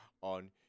on